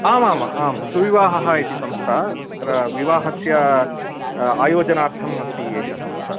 आम् आम् सुविवाहः इति संस्था तत्र विवाहस्य आयोजनार्थम् अस्ति एषा संस्था